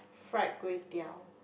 fried kway-teow